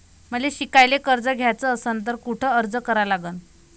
मले शिकायले कर्ज घ्याच असन तर कुठ अर्ज करा लागन?